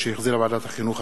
שהחזירה ועדת החינוך,